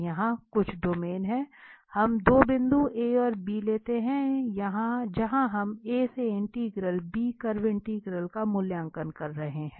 तो यहाँ कुछ डोमेन है हम 2 बिंदु A और B लेते हैं जहाँ हम A से इंटीग्रल B कर्व इंटीग्रल का मूल्यांकन कर रहे हैं